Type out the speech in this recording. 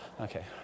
okay